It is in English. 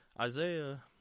Isaiah